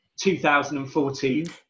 2014